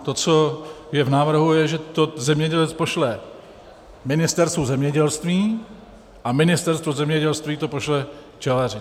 To, co je v návrhu, je, že zemědělec to pošle Ministerstvu zemědělství a Ministerstvo zemědělství to pošle včelaři.